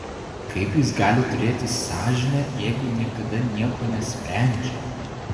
kaip jis gali turėti sąžinę jeigu niekada nieko nesprendžia